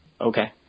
Okay